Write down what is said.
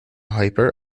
hyper